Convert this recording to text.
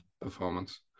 performance